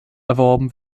erworben